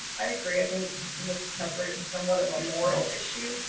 i agree. i think mr. cuthbert and somewhat of a moral issue,